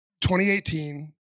2018